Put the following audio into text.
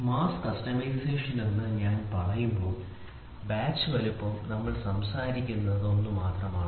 mass customisation എന്ന് ഞാൻ പറയുമ്പോൾ ബാച്ച് വലുപ്പം നമ്മൾ സംസാരിക്കുന്നത് ഒന്ന് മാത്രമാണ്